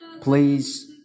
please